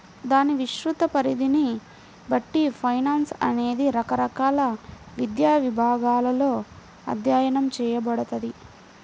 దాని విస్తృత పరిధిని బట్టి ఫైనాన్స్ అనేది రకరకాల విద్యా విభాగాలలో అధ్యయనం చేయబడతది